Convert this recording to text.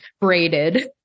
braided